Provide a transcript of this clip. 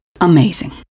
amazing